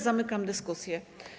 Zamykam dyskusję.